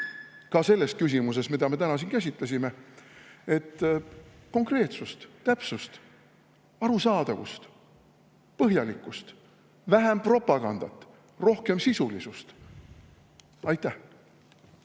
ka selles küsimuses, mida me täna siin käsitlesime. Konkreetsust, täpsust, arusaadavust, põhjalikkust! Vähem propagandat, rohkem sisulisust! Aitäh!